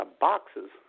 boxes